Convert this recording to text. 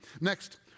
Next